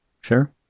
Sure